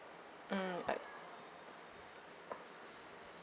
mm uh